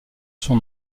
son